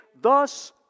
Thus